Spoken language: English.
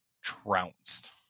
trounced